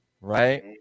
right